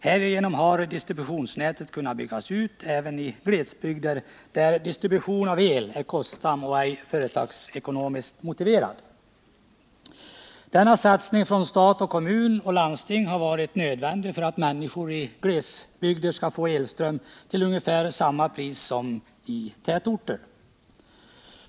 Härigenom har distributionsnätet kunnat byggas ut även i glesbygder, där distribution av el är kostsam och ej företagsekonomiskt motiverad. Denna satsning från stat, kommun och landsting har varit nödvändig för att människor i glesbygder skall få elström till ungefär samma pris som i tätorter.